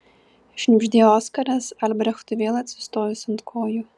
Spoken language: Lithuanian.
šnibždėjo oskaras albrechtui vėl atsistojus ant kojų